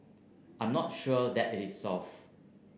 I'm not sure that it is solved